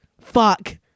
fuck